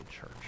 church